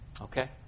Okay